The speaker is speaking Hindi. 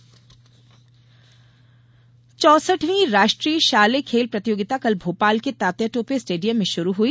खेल प्रतियोगिता चौंसठवीं राष्ट्रीय शालेय खेल प्रतियोगिता कल भोपाल के तात्या टोपे स्टेडियम में शुरू हुई